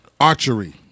Archery